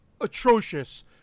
Atrocious